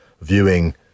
viewing